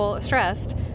stressed